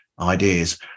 ideas